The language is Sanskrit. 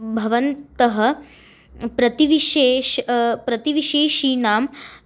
भवन्तः प्रतिविशेषं प्रतिविशेषाणाम्